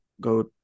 go